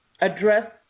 address